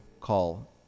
call